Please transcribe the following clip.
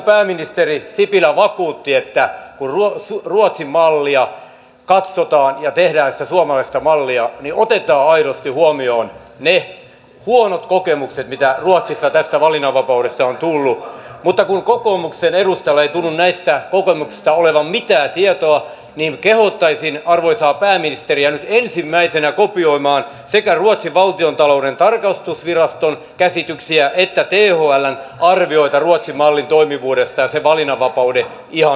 pääministeri sipilä vakuutti että kun ruotsin mallia katsotaan ja tehdään sitä suomalaista mallia niin otetaan aidosti huomioon ne huonot kokemukset mitä ruotsissa tästä valinnanvapaudesta on tullut mutta kun kokoomuksen edustajilla ei tunnu näistä kokemuksista olevan mitään tietoa kehottaisin arvoisaa pääministeriä nyt ensimmäisenä kopioimaan sekä ruotsin valtiontalouden tarkastusviraston käsityksiä että thln arvioita ruotsin mallin toimivuudesta ja sen valinnanvapauden ihanuudesta